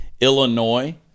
Illinois